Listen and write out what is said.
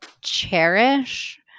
cherish